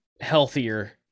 healthier